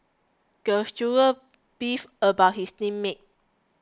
the student beefed about his team mates